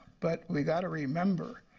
but we've got to remember,